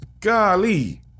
golly